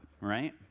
right